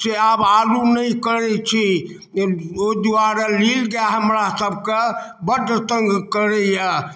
से आब आलू नहि करै छी ओ दुआरे नील गाय हमरा सबके बड्ड तङ्ग करैये